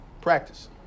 practice